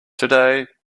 today